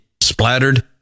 Splattered